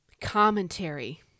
commentary